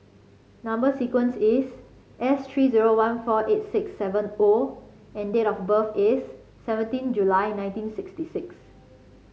number sequence is S three zero one four eight six seven O and date of birth is seventeen July nineteen sixty six